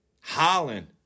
Holland